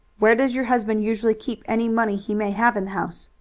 where does your husband usually keep any money he may have in the house?